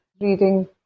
reading